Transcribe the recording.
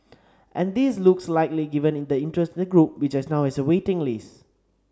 and this looks likely given the interest in the group which now has a waiting list